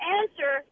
answer